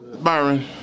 Byron